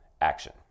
action